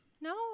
No